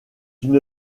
une